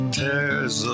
tears